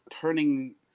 turning